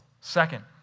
Second